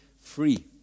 free